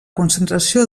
concentració